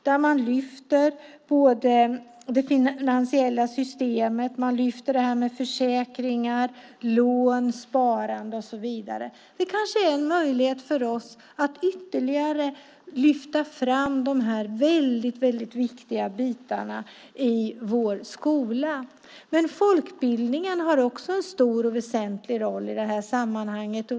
Där lyfter man fram det finansiella systemet, försäkringar, lån, sparande och så vidare. Det kanske vore en möjlighet även för oss för att ytterligare lyfta fram dessa mycket viktiga delar i vår skola. Också folkbildningen har en stor och viktig roll i detta sammanhang.